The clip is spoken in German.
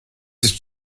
ist